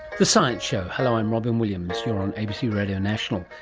the science show. hello i'm robyn williams. you're on abc radio national.